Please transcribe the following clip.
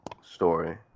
story